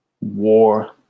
war